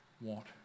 want